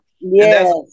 Yes